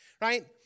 Right